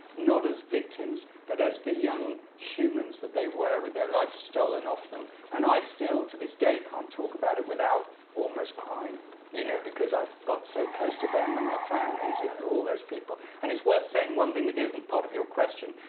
not as victims but as the young humans that they were, with their life stolen off them and i still, to this day, can't talk about it without almost crying you know because i've got so close to them, and their families, and all those people. and it's worth saying one thing that isn't part of your question.